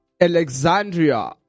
Alexandria